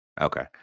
Okay